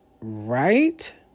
right